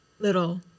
Little